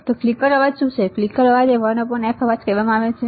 તેથી ફ્લિકર અવાજ શું છે તે ફ્લિકર અવાજને 1f અવાજ પણ કહેવામાં આવે છે